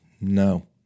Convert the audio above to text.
No